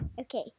Okay